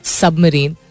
submarine